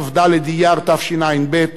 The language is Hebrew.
כ"ד אייר תשע"ב,